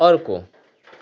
अर्को